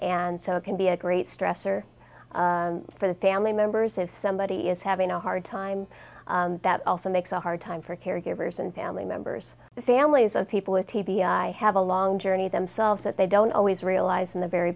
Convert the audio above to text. and so it can be a great stressor for the family members if somebody is having a hard time that also makes a hard time for caregivers and family members the families of people with t b i have a long journey themselves that they don't always realize in the very